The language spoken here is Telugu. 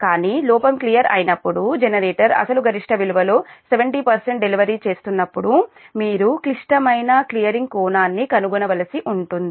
కానీ లోపం క్లియర్ అయినప్పుడు జనరేటర్ అసలు గరిష్ట విలువలో 70 డెలివరీ చేస్తున్నప్పుడు మీరు క్లిష్టమైన క్లియరింగ్ కోణాన్ని కనుగొనవలసి ఉంటుంది